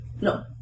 no